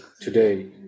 today